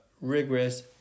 rigorous